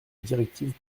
directive